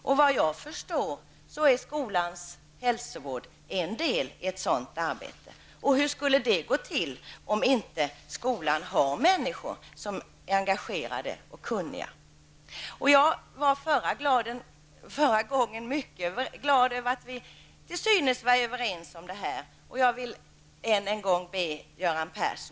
Såvitt jag förstår utgör skolans hälsovård en del av det arbetet. Men hur skulle det arbetet gå till om det inte fanns engagerade och kunniga människor i skolan? Förra gången vi aktualiserade dessa saker var jag mycket glad över att vi tycktes vara överens.